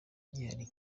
gihari